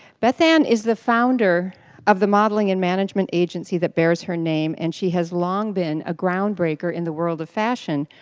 bethann is the founder of the modeling and management agency that bears her name and she has long been a groundbreaker in the world of fashion,